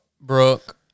Brooke